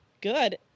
good